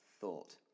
thought